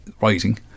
writing